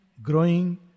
Growing